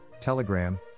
Telegram